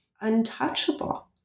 untouchable